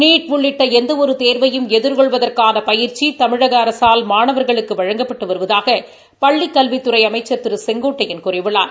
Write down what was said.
NEET உள்ளிட்ட எந்த ஒரு தேர்வையும் எதிர்கொள்வதற்கான பயிற்சி தமிழக அரசால் மாணவர்களுக்கு வழங்கப்பட்டு வருவதாக பள்ளிக் கல்வித்துறை அமைச்சர் திரு செங்கோட்டையன் கூறியுள்ளார்